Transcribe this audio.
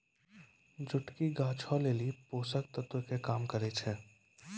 जोटकी गाछो लेली पोषक तत्वो के काम करै छै